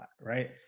right